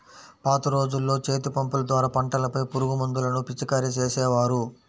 పాత రోజుల్లో చేతిపంపుల ద్వారా పంటలపై పురుగుమందులను పిచికారీ చేసేవారు